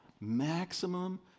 Maximum